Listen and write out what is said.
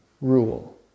rule